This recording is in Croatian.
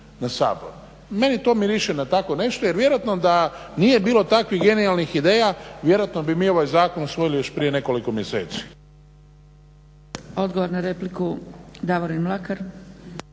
na Sabor. Meni to miriši na tako nešto. Jer vjerojatno da nije bilo takvih genijalnih ideja vjerojatno bi mi ovaj zakon usvojili još prije nekoliko mjeseci. **Zgrebec, Dragica